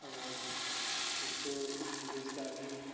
और इससे देश का भी